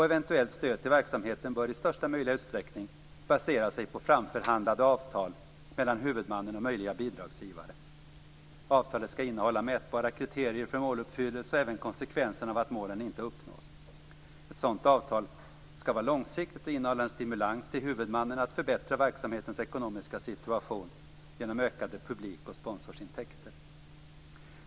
Eventuellt stöd till verksamheten bör i största möjliga utsträckning basera sig på framförhandlade avtal mellan huvudmannen och möjliga bidragsgivare. Avtalet skall innehålla mätbara kriterier för måluppfyllelse och även konsekvenserna av att målen inte uppnås. Ett sådant avtal skall vara långsiktigt och innehålla en stimulans till huvudmannen att förbättra verksamhetens ekonomiska situation genom ökade publik och sponsorsintäkter.